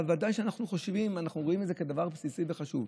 אבל ודאי שאנחנו חושבים ואנחנו רואים את זה כדבר בסיסי וחשוב.